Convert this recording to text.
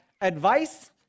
advice